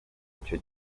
icyo